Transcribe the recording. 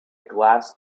glass